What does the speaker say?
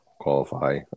qualify